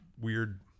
weird